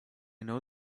know